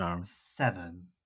seven